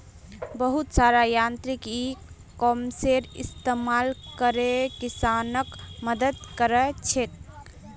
बहुत सारा यांत्रिक इ कॉमर्सेर इस्तमाल करे किसानक मदद क र छेक